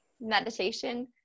meditation